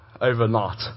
overnight